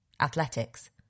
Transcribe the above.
Athletics